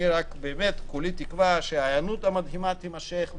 רק באמת כולי תקווה שההיענות המדהימה תימשך,